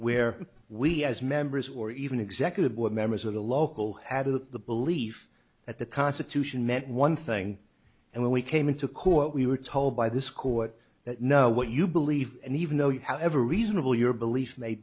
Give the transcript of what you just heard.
where we as members or even executive board members of the local habit the belief that the constitution meant one thing and when we came into court we were told by this court that know what you believe and even though you however reasonable your belief may